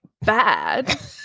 bad